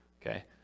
Okay